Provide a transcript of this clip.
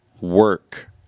work